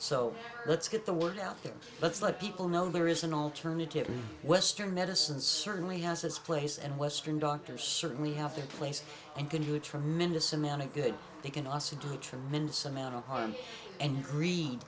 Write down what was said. so let's get the word out there let's let people know there is an alternative and western medicine certainly has its place and western doctor certainly have their place and can do a tremendous amount of good they can also do a tremendous amount of harm and gre